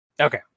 Okay